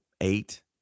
eight